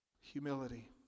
Humility